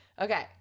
okay